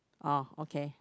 oh okay